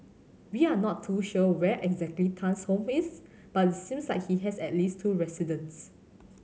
we are not too sure where exactly Tan's home is but it seems like he has at least two residences